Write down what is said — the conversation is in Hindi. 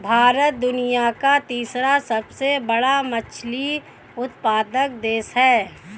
भारत दुनिया का तीसरा सबसे बड़ा मछली उत्पादक देश है